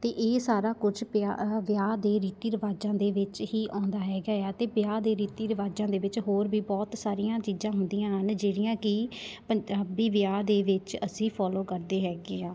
ਅਤੇ ਇਹ ਸਾਰਾ ਕੁਛ ਪਿਆਹ ਵਿਆਹ ਦੇ ਰੀਤੀ ਰਿਵਾਜ਼ਾਂ ਦੇ ਵਿੱਚ ਹੀ ਆਉਂਦਾ ਹੈਗਾ ਏ ਆ ਅਤੇ ਵਿਆਹ ਦੇ ਰੀਤੀ ਰਿਵਾਜ਼ਾਂ ਦੇ ਵਿੱਚ ਹੋਰ ਵੀ ਬਹੁਤ ਸਾਰੀਆਂ ਚੀਜ਼ਾਂ ਹੁੰਦੀਆਂ ਹਨ ਜਿਹੜੀਆਂ ਕਿ ਪੰਜਾਬੀ ਵਿਆਹ ਦੇ ਵਿੱਚ ਅਸੀਂ ਫੋਲੋ ਕਰਦੇ ਹੈਗੇ ਹਾਂ